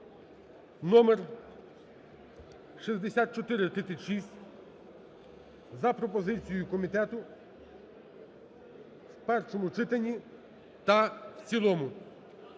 (номер 6436) за пропозицією комітету в першому читанні та в цілому